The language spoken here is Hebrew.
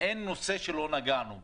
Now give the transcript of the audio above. אין נושא שלא נגענו בו.